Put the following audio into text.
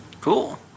Cool